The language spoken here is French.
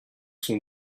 sont